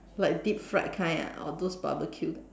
like deep fried kind ah or those barbecue